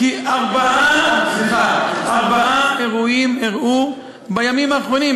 כי ארבעה אירועים אירעו בימים האחרונים,